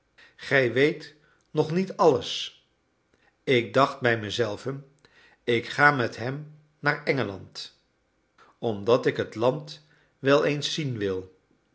gij weet nog niet alles ik dacht bij me zelven ik ga met hem naar engeland omdat ik het land wel eens zien wil